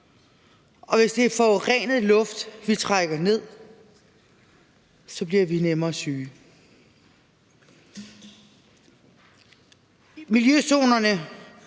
og hvis det er forurenet luft, vi trækker ned, så bliver vi nemmere syge. Miljøzonerne